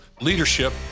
leadership